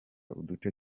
uduce